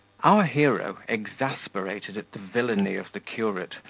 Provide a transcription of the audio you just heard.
our hero, exasperated at the villainy of the curate,